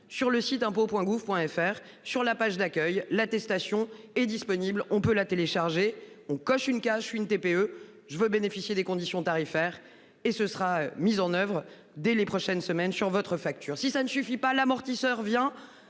sur le site impôts Point gouv Point FR sur la page d'accueil, l'attestation est disponible, on peut la télécharger on coche une cache une TPE je veux bénéficier des conditions tarifaires et ce sera mise en oeuvre dès les prochaines semaines sur votre facture. Si ça ne suffit pas, l'amortisseur vient